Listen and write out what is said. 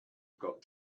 got